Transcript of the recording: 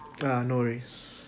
no worries